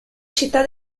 città